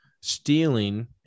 stealing